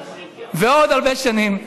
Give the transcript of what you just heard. ועוד הרבה שנים.